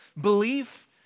belief